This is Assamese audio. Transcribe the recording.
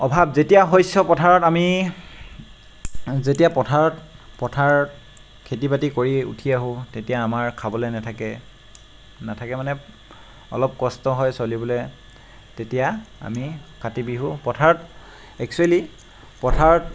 অভাৱ যেতিয়া শস্য পথাৰত আমি যেতিয়া পথাৰত পথাৰ খেতি বাতি কৰি উঠি আহো তেতিয়া আমাৰ খাবলৈ নাথাকে নাথাকে মানে অলপ কষ্ট হয় চলিবলৈ তেতিয়া আমি কাতি বিহু পথাৰত একচুৱেলি পথাৰত